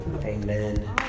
Amen